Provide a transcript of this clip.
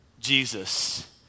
Jesus